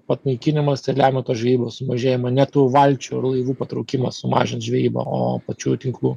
panaikinimas ir lemia tos žvejybos sumažėjimą ne tų valčių ar laivų patraukimas sumažins žvejybą o pačių tinklų